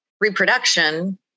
reproduction